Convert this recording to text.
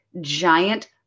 giant